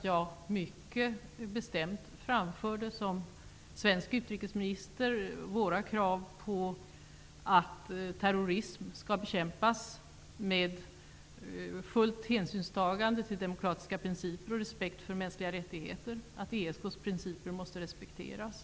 Jag framförde som svensk utrikesminister mycket bestämt våra krav på att terrorism skall bekämpas med fullt hänsynstagande till demokratiska principer, på respekt för mänskliga rättigheter och på att ESK:s principer måste respekteras.